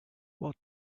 what